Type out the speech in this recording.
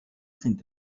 sind